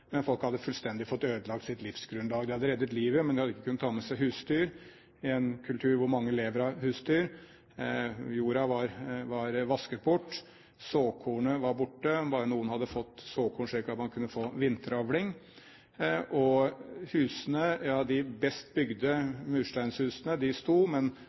men folk hadde fullstendig fått ødelagt sitt livsgrunnlag. De hadde reddet livet, men de hadde ikke kunnet ta med seg husdyr, i en kultur hvor mange lever av husdyr. Jorda var vasket bort. Såkornet var borte. Bare noen hadde fått såkorn slik at man kunne få vinteravling. Og husene, ja de best bygde mursteinshusene sto